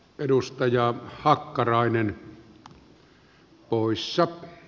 eli semmoiset säännöt natossa